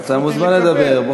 אתה מוזמן לדבר.